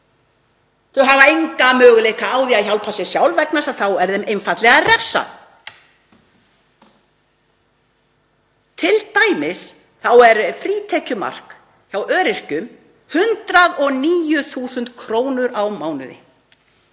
Þau hafa enga möguleika á því að hjálpa sér sjálf vegna þess að þá er þeim einfaldlega refsað. Til dæmis er frítekjumark hjá öryrkjum 109.000 kr. á mánuði.